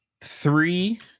three